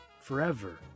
forever